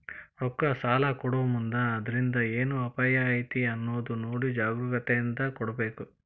ರೊಕ್ಕಾ ಸಲಾ ಕೊಡೊಮುಂದ್ ಅದ್ರಿಂದ್ ಏನ್ ಅಪಾಯಾ ಐತಿ ಅನ್ನೊದ್ ನೊಡಿ ಜಾಗ್ರೂಕತೇಂದಾ ಕೊಡ್ಬೇಕ್